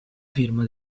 firma